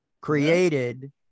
created